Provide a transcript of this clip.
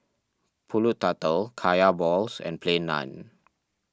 Pulut Tatal Kaya Balls and Plain Naan